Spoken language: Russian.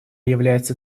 является